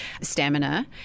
stamina